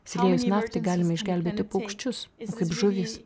išsiliejus naftai galime išgelbėti paukščius o kaip žuvys